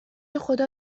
خدا